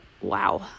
Wow